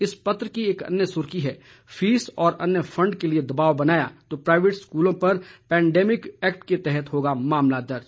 इस पत्र की एक अन्य सुर्खी है फीस और अन्य फंड के लिए दबाव बनाया तो प्राईवेट स्कूलों पर पैनडैमिक एक्ट के तहत होगा मामला दर्ज